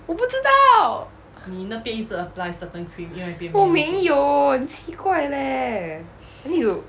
我不知道我没有很奇怪 leh 哪里有